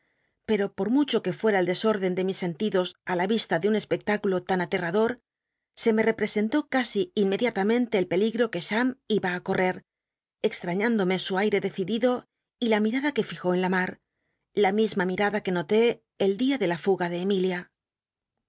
pero por mucho que fttea el dcsórden de mis sentidos a la vista de un cspccttculo tan ateradoa se me representó casi inmediatamente el pcligi'o que cham iba á correr extrañe su aire decidido y la mirada que fijó en la mar la mi ma mirada que noté el dia de la fnga de emilia